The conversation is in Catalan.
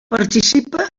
participa